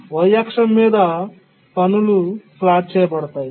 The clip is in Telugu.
Y అక్షం మీద పనులు ప్లాట్ చేయబడతాయి